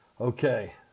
Okay